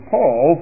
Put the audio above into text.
Paul